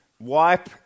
Wipe